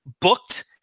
booked